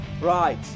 Right